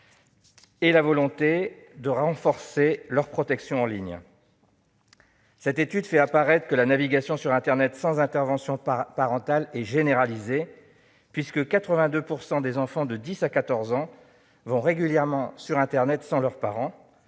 des parents de renforcer leur protection en ligne. Cette étude fait apparaître que la navigation sur internet sans intervention parentale est généralisée : 82 % des enfants de 10 ans à 14 ans vont régulièrement sur internet sans leurs parents